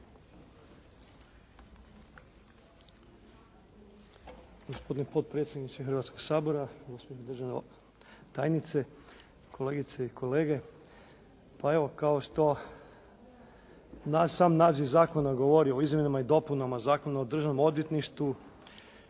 Zlatko (HNS)** Gospodine potpredsjedniče Hrvatskog sabora, gospođo državna tajnice, kolegice i kolege. Pa evo kao što sam naziv zakona govori o izmjenama i dopunama Zakona o državnom odvjetništvu,